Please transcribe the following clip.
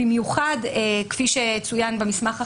במיוחד כפי שצוין במסמך ההכנה,